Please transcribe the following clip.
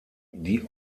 die